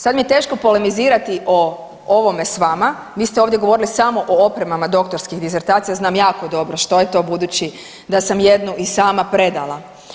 Sad mi je teško polemizirati o ovome s vama, vi ste ovdje govorili samo o opremama doktorskih disertacija, znam jako dobro što je to budući da sam jednu i sama predala.